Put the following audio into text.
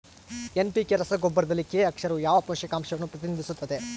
NPK ರಸಗೊಬ್ಬರದಲ್ಲಿ K ಅಕ್ಷರವು ಯಾವ ಪೋಷಕಾಂಶವನ್ನು ಪ್ರತಿನಿಧಿಸುತ್ತದೆ?